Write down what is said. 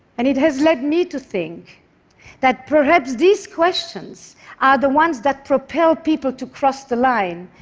and it has led me to think that perhaps these questions are the ones that propel people to cross the line,